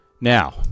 Now